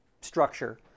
structure